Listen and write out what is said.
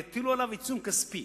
יטילו עליו עיצום כספי